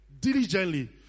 diligently